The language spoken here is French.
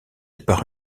par